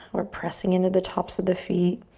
we're pressing into the tops of the feet.